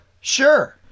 Sure